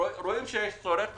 רואים שיש צורך.